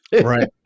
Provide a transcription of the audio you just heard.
right